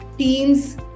teams